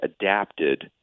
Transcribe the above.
adapted